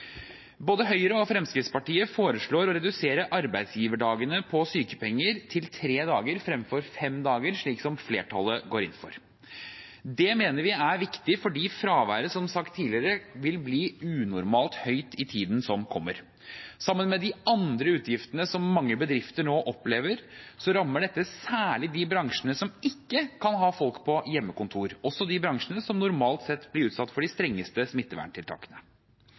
Både Høyre og Fremskrittspartiet foreslår å redusere arbeidsgiverdagene på sykepenger til tre dager fremfor fem dager, slik som flertallet går inn for. Det mener vi er viktig fordi fraværet, som sagt tidligere, vil bli unormalt høyt i tiden som kommer. Sammen med de andre utgiftene som mange bedrifter nå opplever, rammer dette særlig de bransjene som ikke kan ha folk på hjemmekontor, også de bransjene som normalt sett blir utsatt for de strengeste smitteverntiltakene.